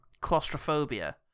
claustrophobia